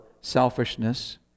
selfishness